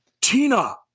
Tina